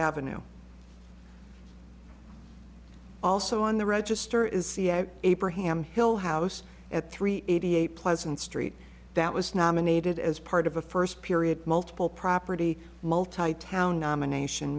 ave also on the register is see at abraham hill house at three eighty eight pleasant street that was nominated as part of a first period multiple property multi town nomination